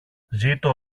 ζήτω